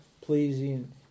pleasing